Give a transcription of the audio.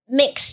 mix